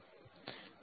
And VDS VGS VT